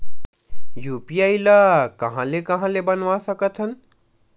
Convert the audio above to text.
UPI ल कहां ले कहां ले बनवा सकत हन?